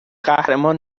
قهرمان